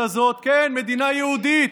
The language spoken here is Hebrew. ואת המציאות הזאת, כן, מדינה יהודית,